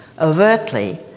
overtly